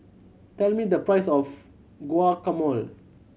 tell me the price of Guacamole